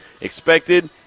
expected